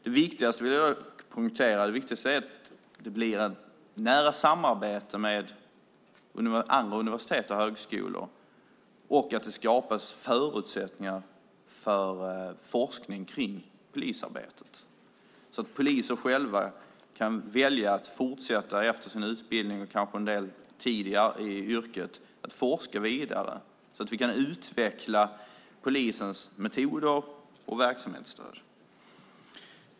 Det viktigaste är att det blir ett nära samarbete med andra universitet och högskolor och att det skapas förutsättningar för forskning kring polisarbetet, så att poliser själva kan välja att efter sin utbildning eller efter att ha arbetat inom yrket forska vidare, så att vi kan utveckla polisens metoder och verksamhetsstöd.